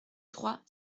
trois